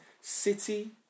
City